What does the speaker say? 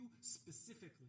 specifically